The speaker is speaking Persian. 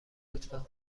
لطفا